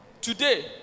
Today